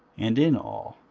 and in all.